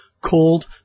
called